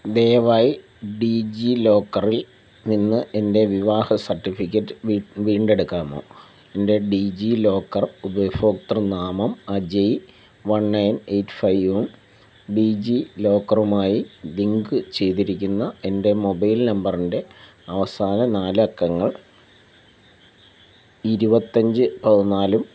ദയവായി ഡീജിലോക്കറിൽ നിന്ന് എൻ്റെ വിവാഹ സർട്ടിഫിക്കറ്റ് വീണ്ടെടുക്കാമോ എൻ്റെ ഡീജി ലോക്കർ ഉപഭോക്തൃനാമം അജയ് വൺ നയൺ എയിറ്റ് ഫൈവും ഡീജിലോക്കറുമായി ലിങ്കു ചെയ്തിരിക്കുന്ന എൻ്റെ മൊബൈൽ നമ്പറിൻ്റെ അവസാന നാലക്കങ്ങൾ ഇരുപത്തിയഞ്ച് പതിനാലുമാണ്